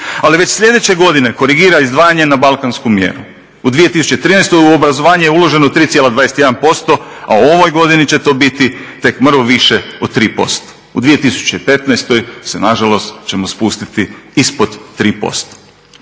Ali već sljedeće godine korigira izdvajanje na balkansku mjeru. U 2013. u obrazovanje je uloženo 3,21% a u ovoj godini će to biti tek mrvu više od 3%. U 2015. se na žalost ćemo spustiti ispod 3%.